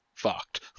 Fucked